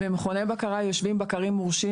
אפשר להגיב על ההארכה?